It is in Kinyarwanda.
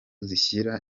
zishyira